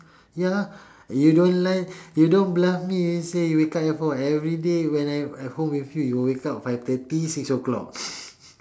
ya you don't lie you don't bluff me you say you wake up at four everyday when I'm at home with you you will wake up five thirty six o'clock